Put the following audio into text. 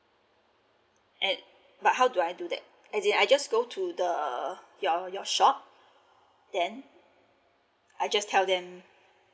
add but how do I do that as in I just go to the your your shop then I just tell them